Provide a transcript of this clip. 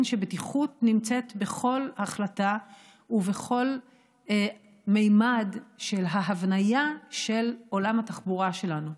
שבטיחות נמצאת בכל החלטה ובכל ממד של ההבניה של עולם התחבורה שלנו.